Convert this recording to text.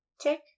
Tick